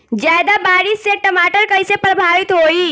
ज्यादा बारिस से टमाटर कइसे प्रभावित होयी?